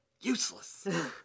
Useless